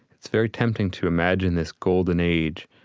it's very tempting to imagine this golden age,